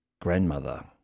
grandmother